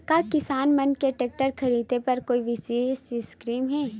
का किसान मन के टेक्टर ख़रीदे बर कोई विशेष स्कीम हे?